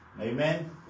Amen